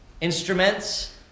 Instruments